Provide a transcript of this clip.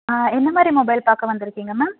ஆ என்ன மாதிரி மொபைல் பார்க்க வந்துருக்கிங்க மேம்